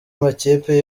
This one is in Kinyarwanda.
makipe